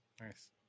Nice